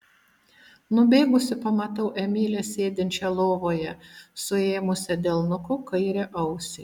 nubėgusi pamatau emilę sėdinčią lovoje suėmusią delnuku kairę ausį